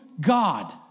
God